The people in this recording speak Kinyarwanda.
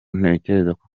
ntekerezako